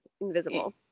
invisible